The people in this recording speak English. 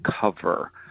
cover